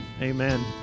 amen